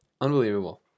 Unbelievable